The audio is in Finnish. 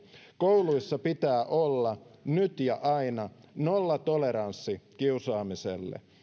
kouluissa pitää olla nyt ja aina nollatoleranssi kiusaamiselle